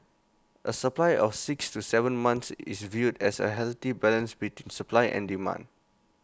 A supply of six to Seven months is viewed as A healthy balance between supply and demand